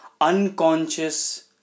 unconscious